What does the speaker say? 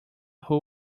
who